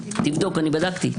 אני בדקתי.